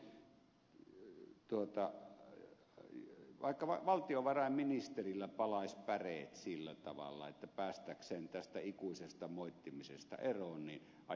toivottavasti vaikka valtiovarainministerillä palaisivat päreet sillä tavalla että päästäkseen tästä ikuisesta moittimisesta eroon ajaa tämän läpi